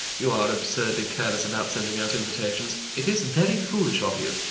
you are absurdly careless about sending out invitations. it is very foolish of you.